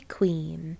Queen